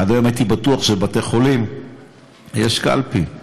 עד היום הייתי בטוח שבבתי-חולים יש קלפי.